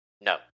No